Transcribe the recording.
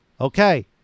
Okay